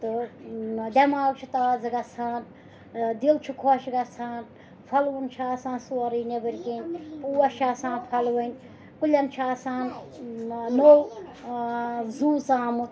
تہٕ دٮ۪ماغ چھُ تازٕ گَژھان دِل چھِ خۄش گَژھان پھَلوُن چھِ آسان سورُے نیٚبٕرۍ کِنۍ پوش چھِ آسان پھَلوٕنۍ کُلٮ۪ن چھُ آسان نوٚو زُو ژامُت